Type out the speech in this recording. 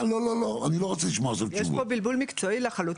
יש פה בלבול מקצועי לחלוטין.